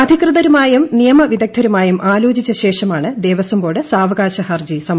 അധികൃതരുമായും നിയമവിദഗ്ധരുമായും ആലോചിച്ച ശേഷമാണ് ദേവസ്വം ബോർഡ് സാവകാശ ഹർജി സമർപ്പിച്ചത്